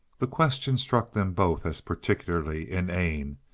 the question struck them both as particularly inane,